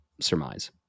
surmise